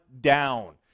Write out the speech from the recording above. down